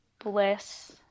Bliss